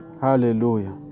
Hallelujah